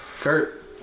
Kurt